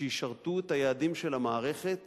שישרתו את היעדים של המערכת